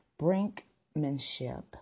brinkmanship